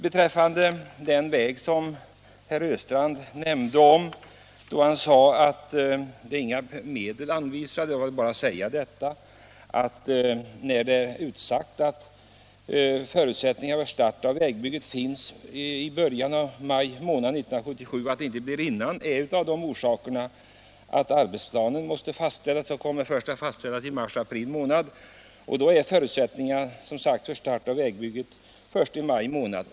Beträffande den väg herr Östrand nämnde, för vilken inga medel skulle finnas anvisade, hänvisar jag till det jag tidigare sagt, nämligen att förutsättningar för att sätta i gång vägbyggnad kommer att finnas i maj månad 1977. Anledningen till att arbetena inte kan börja dessförinnan är att arbetsplaner måste fastställas — vilket kommer att ske först i mars-april. Förutsättningarna för start av vägbyggnad finns alltså först i maj.